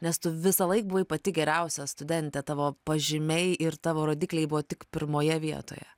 nes tu visą laik buvai pati geriausia studentė tavo pažymiai ir tavo rodikliai buvo tik pirmoje vietoje